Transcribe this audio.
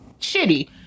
shitty